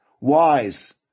wise